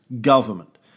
government